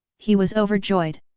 he was overjoyed.